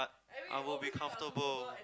I will be comfortable